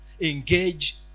engage